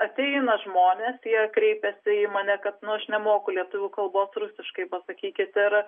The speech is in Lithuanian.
ateina žmonės jie kreipiasi į mane kad nu aš nemoku lietuvių kalbos rusiškai pasakykit ir